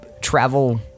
travel